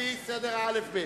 על-פי סדר האל"ף-בי"ת.